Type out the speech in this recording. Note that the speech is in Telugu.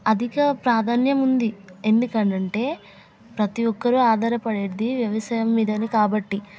అధిక ప్రాధాన్యం ఉంది ఎందుకంటే ప్రతి ఒకరు ఆధారపడేది వ్యవసాయం మీద కాబట్టి